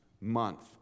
Month